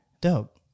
Dope